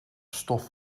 stof